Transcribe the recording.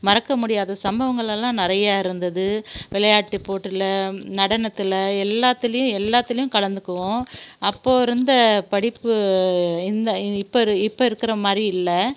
மறக்கமுடியாத சம்பவங்களெல்லாம் நிறையா இருந்தது விளையாட்டு போட்டியில் நடனத்தில் எல்லாத்துலேயும் எல்லாத்துலேயும் கலந்துக்குவோம் அப்போது இருந்த படிப்பு இந்த இப்போ இப்போ இருக்கிற மாதிரி இல்லை